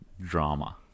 drama